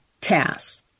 tasks